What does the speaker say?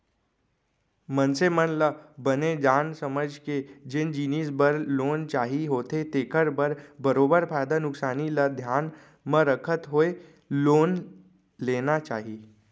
मनसे मन ल बने जान समझ के जेन जिनिस बर लोन चाही होथे तेखर बर बरोबर फायदा नुकसानी ल धियान म रखत होय लोन लेना चाही